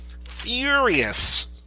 furious